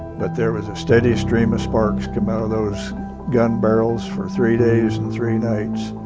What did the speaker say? but there was a steady stream of sparks come out of those gun barrels for three days and three nights.